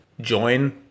join